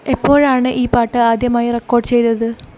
എപ്പോഴാണ് ഈ പാട്ട് ആദ്യമായി റെക്കോർഡ് ചെയ്തത്